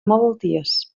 malalties